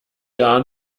gar